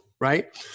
Right